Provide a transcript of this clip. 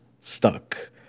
stuck